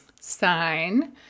sign